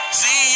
see